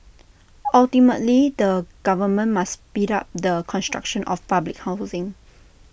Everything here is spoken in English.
ultimately the government must speed up the construction of public housing